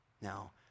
Now